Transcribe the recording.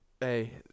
Hey